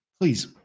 Please